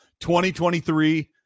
2023